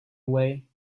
away